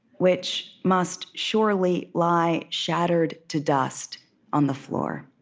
which must surely lie shattered to dust on the floor